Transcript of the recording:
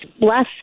less